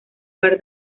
par